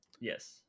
Yes